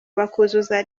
bakuzuza